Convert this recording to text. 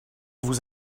vous